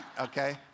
Okay